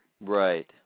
Right